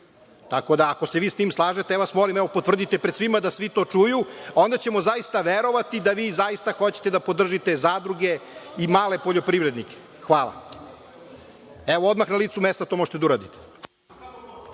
Tako da, ako se vi s tim slažete, ja vas molim, potvrdite pred svima da svi to čuju. Onda ćemo zaista verovati da vi zaista hoćete da podržite zadruge i male poljoprivrednike. Evo, odmah na licu mesta to možete da uradite,